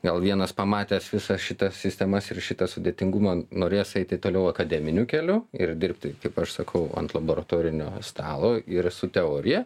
gal vienas pamatęs visas šitas sistemas ir šitą sudėtingumą norės eiti toliau akademiniu keliu ir dirbti kaip aš sakau ant laboratorinio stalo ir su teorija